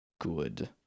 good